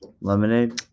Lemonade